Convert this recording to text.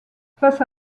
face